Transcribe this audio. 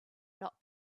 not